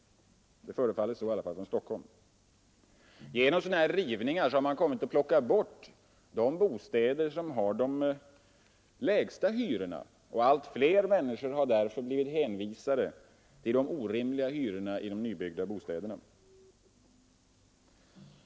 Det förefaller i alla fall så i Stockholm. Genom rivningar har man kommit att plocka bort de bostäder som har de lägsta hyrorna, och allt fler människor har blivit hänvisade till de orimliga hyrorna i de nybyggda bostäderna.